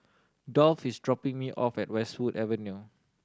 Dolph is dropping me off at Westwood Avenue